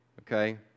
okay